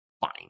fine